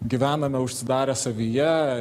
gyvename užsidarę savyje